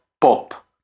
pop